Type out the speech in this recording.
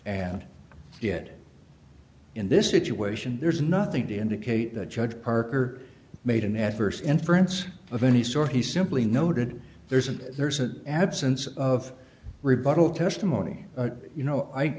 and yet in this situation there's nothing to indicate that judge parker made an adverse inference of any sort he simply noted there's an there's an absence of rebuttal testimony you know